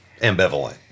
ambivalent